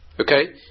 Okay